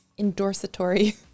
endorsatory